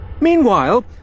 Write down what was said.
Meanwhile